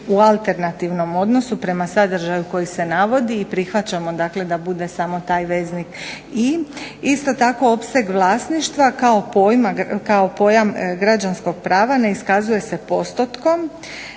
u alternativnom odnosu prema sadržaju koji se navodi i prihvaćamo, dakle da bude samo taj veznik i. Isto tako opseg vlasništva kao pojam građanskog prava ne iskazuje se postotkom